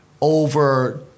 over